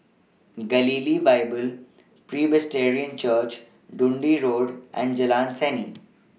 Galilee Bible Church Dundee Road and Jalan Seni